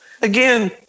again